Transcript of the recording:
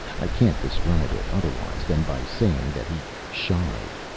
i can't describe it otherwise than by saying that he shied.